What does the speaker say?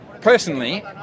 Personally